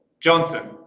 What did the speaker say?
Johnson